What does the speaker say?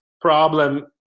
problem